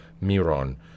Miron